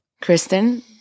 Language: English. Kristen